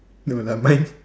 no lah mine